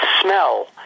smell